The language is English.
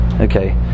Okay